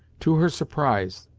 to her surprise,